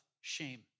shame